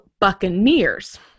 buccaneers